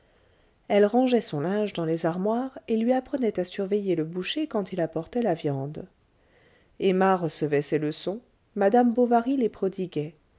elle rangeait son linge dans les armoires et lui apprenait à surveiller le boucher quand il apportait la viande emma recevait ces leçons madame bovary les prodiguait